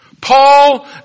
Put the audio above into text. Paul